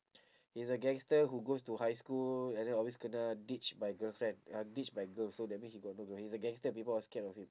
he's a gangster who goes to high school and then always kena ditch by girlfriend ya ditch by girls so that means he got no girlfriend he's a gangster people all scared of him